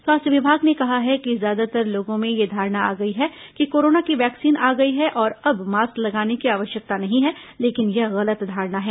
स्वास्थ्य विभाग ने कहा कि ज्यादातर लोगों में यह धारणा आ गई है कि कोरोना की वैक्सीन आ गई है और अब मास्क लगाने की आवश्यकता नहीं है लेकिन यह गलत धारणा है